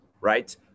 right